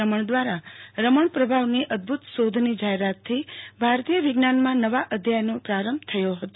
રમણ દ્વારા રમણ પ્રભાવની અદભુ ત શોધની જાહેરાતથી ભારતીય વિજ્ઞાનમા નવા અધ્યાયનો પ્રારંભ થયો હતો